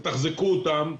תתחזקו אותם,